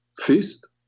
fist